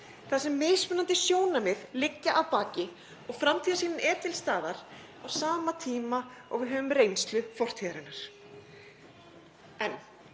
þar sem mismunandi sjónarmið liggja að baki og framtíðarsýnin er til staðar á sama tíma og við höfum reynslu fortíðarinnar.